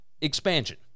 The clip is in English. expansion